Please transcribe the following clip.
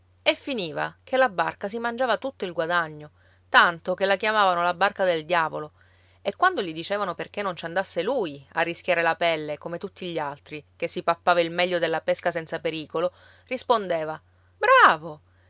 e finiva che la barca si mangiava tutto il guadagno tanto che la chiamavano la barca del diavolo e quando gli dicevano perché non ci andasse lui a rischiare la pelle come tutti gli altri che si pappava il meglio della pesca senza pericolo rispondeva bravo